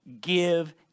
Give